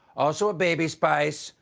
also a baby spice,